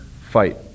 fight